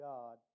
God